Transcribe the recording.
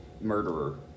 murderer